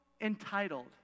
entitled